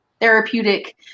therapeutic